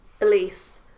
Elise